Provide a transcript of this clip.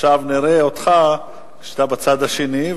עכשיו נראה אותך כשאתה בצד השני,